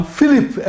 Philip